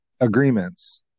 agreements